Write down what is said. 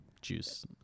juice